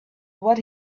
what